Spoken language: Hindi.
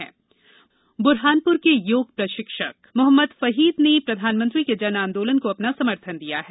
जन आंदोलन प्रदेश बुरहानपुर के योग प्रशिक्षक मोहम्मद फहीद ने प्रधानमंत्री के जन आंदोलन को अपना समर्थन दिया है